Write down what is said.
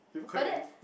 but that